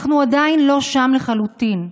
אנחנו עדיין לא שם, לחלוטין,